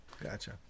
Gotcha